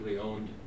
owned